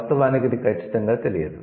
వాస్తవానికి ఇది ఖచ్చితంగా తెలియదు